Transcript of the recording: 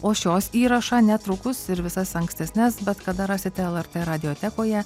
o šios įrašą netrukus ir visas ankstesnes bet kada rasite lrt radiotekoje